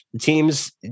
Teams